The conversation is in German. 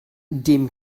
dem